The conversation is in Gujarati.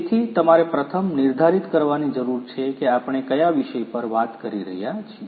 તેથી તમારે પ્રથમ નિર્ધારિત કરવાની જરૂર છે કે આપણે કયા વિષય પર વાત કરી રહ્યા છીએ